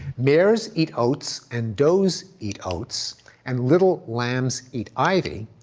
mares eat oats and does eat oats and little lambs eat ivy,